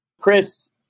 Chris